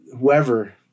whoever